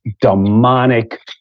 demonic